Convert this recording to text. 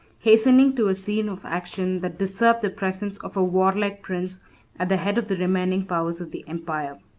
hastening to a scene of action that deserved the presence of a warlike prince at the head of the remaining powers of the empire.